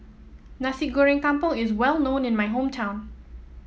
Nasi Goreng Kampung is well known in my hometown